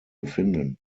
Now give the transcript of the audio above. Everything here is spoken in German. befinden